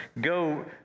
go